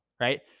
right